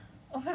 ya then